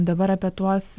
dabar apie tuos